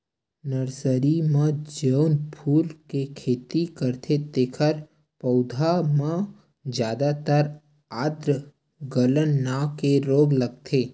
nursery म जउन फूल के खेती करथे तेखर पउधा म जादातर आद्र गलन नांव के रोग लगथे